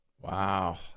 Wow